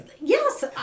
Yes